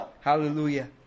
hallelujah